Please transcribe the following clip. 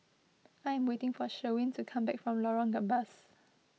I am waiting for Sherwin to come back from Lorong Gambas